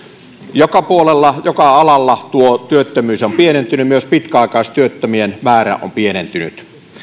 joka puolella joka alalla tuo työttömyys on pienentynyt myös pitkäaikaistyöttömien määrä on pienentynyt